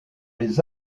les